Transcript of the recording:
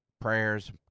prayers